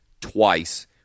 twice